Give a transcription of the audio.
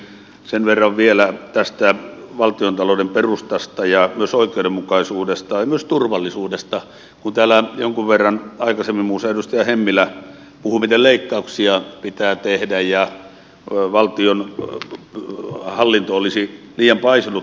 sen verran vielä tästä valtiontalouden perustasta ja myös oikeudenmukaisuudesta ja myös turvallisuudesta kun täällä jonkun verran aikaisemmin muun muassa edustaja hemmilä puhui miten leikkauksia pitää tehdä ja valtionhallinto olisi liian paisunut